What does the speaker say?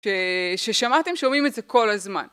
ששמעתם שומעים את זה כל הזמן.